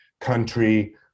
country